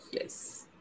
Yes